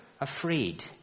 afraid